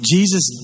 Jesus